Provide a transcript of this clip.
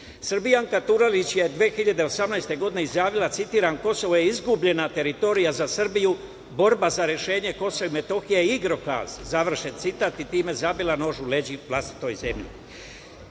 otadžbini. Srbijanka Turajlić je 2018. godine izjavila, citiram: „Kosovo je izgubljena teritorija za Srbiju. Borba za rešenje Kosova i Metohije je igrokaz“, završen citat i time zabila nož u leđa vlastitoj zemlji. Dame